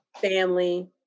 family